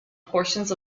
portions